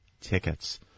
tickets